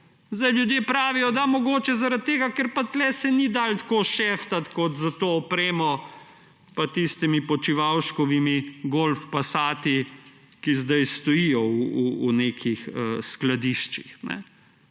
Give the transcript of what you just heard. Zdaj ljudje pravijo, da mogoče zaradi tega, ker se pa tu ni dalo tako kšeftati kot s to opremo pa tistimi Počivalškovimi golfi, passati, ki zdaj stojijo v nekih skladiščih.